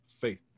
faith